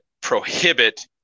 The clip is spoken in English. prohibit